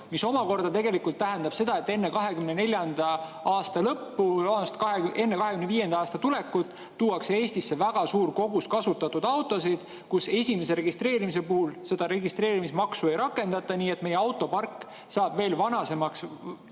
See omakorda tegelikult tähendab seda, et enne 2024. aasta lõppu, enne 2025. aasta tulekut tuuakse Eestisse väga suur kogus kasutatud autosid, [mille puhul] esimesel registreerimisel seda registreerimismaksu ei rakendata, nii et meie autopark saab veel vanemaks